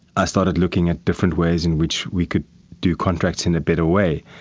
i started looking at different ways in which we could do contracts in a better way,